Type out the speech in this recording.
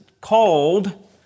called